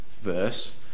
verse